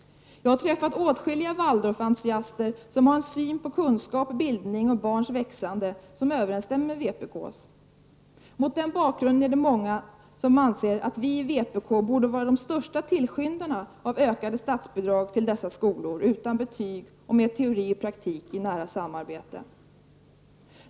Jag har träffat åtskilliga Waldorfsentusiaster som har den syn på kunskap, bildning och barns växande som överensstämmer med vpk:s. Mot den bakgrunden anser många att vi i vpk borde vara de största tillskyndarna av ökade statsbidrag till dessa skolor utan betyg och med teori och praktik i nära samarbete.